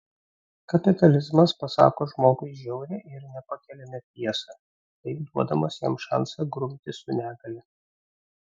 kapitalizmas pasako žmogui žiaurią ir nepakeliamą tiesą taip duodamas jam šansą grumtis su negalia